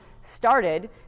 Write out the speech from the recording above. started